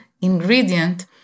ingredient